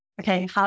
Okay